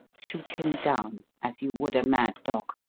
shoot him down as you would a mad dog.